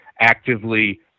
actively